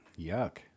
Yuck